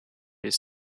his